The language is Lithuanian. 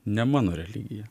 ne mano religija